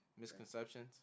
misconceptions